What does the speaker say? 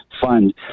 fund